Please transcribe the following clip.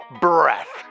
breath